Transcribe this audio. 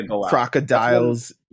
crocodiles